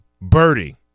birdie